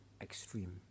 extreme